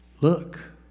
Look